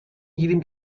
گیریم